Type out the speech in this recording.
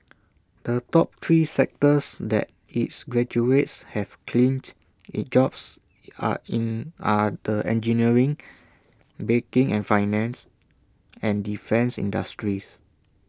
the top three sectors that its graduates have clinched the jobs are in are the engineering banking and finance and defence industries